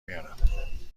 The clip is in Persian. میارم